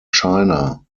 china